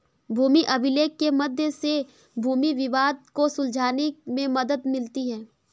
भूमि अभिलेख के मध्य से भूमि विवाद को सुलझाने में मदद मिलती है